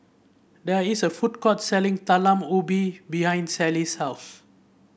there is a food court selling Talam Ubi behind Sallie's house